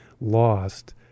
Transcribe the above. lost